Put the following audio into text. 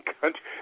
country